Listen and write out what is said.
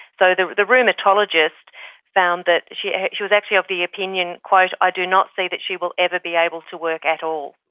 so the the rheumatologist found that, she she was actually of the opinion i do not see that she will ever be able to work at all.